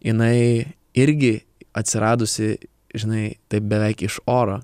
jinai irgi atsiradusi žinai taip beveik iš oro